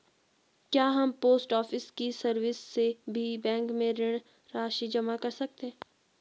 क्या हम post office की सर्विस से भी बैंक में ऋण राशि जमा कर सकते हैं?